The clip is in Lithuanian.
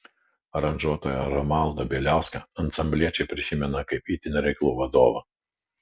aranžuotoją romualdą bieliauską ansambliečiai prisimena kaip itin reiklų vadovą